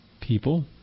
people